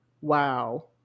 wow